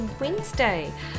Wednesday